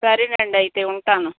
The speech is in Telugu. సరేనండి అయితే ఉంటాను